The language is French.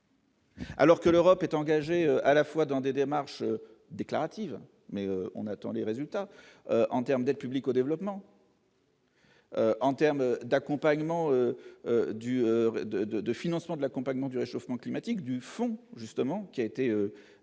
Alors que l'Europe est engagée, à la fois dans des démarches déclaratives, mais on attend les résultats en termes d'aide publique au développement. En termes d'accompagnement du de, de, de financement de l'accompagnement du réchauffement climatique du fond justement qui a été un